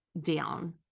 down